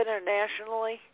internationally